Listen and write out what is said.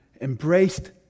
embraced